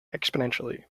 exponentially